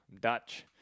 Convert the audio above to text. Dutch